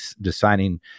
deciding